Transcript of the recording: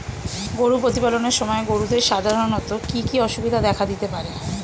গরু প্রতিপালনের সময় গরুদের সাধারণত কি কি অসুবিধা দেখা দিতে পারে?